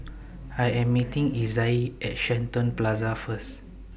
I Am meeting Izaiah At Shenton Plaza First